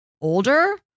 older